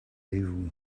evil